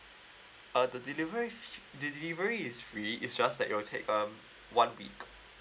uh the delivery fee the delivery is free it's just that it'll take um one week